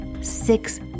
six